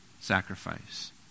sacrifice